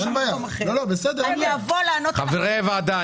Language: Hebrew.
חברי הוועדה,